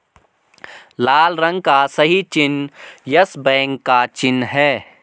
लाल रंग का सही चिन्ह यस बैंक का चिन्ह है